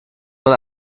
man